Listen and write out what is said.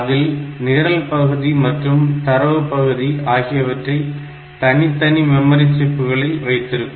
அதில் நிரல் பகுதி மற்றும் தரவு பகுதி ஆகியவற்றை தனித்தனி மெமரி சிப்புகளில் வைத்திருக்கும்